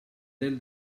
del